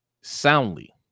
soundly